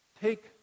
take